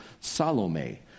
salome